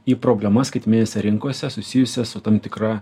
į problemas skaitmeninėse rinkose susijusias su tam tikra